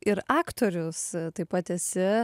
ir aktorius taip pat esi